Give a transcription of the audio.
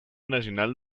nacional